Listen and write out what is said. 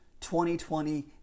2020